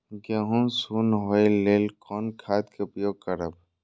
गेहूँ सुन होय लेल कोन खाद के उपयोग करब?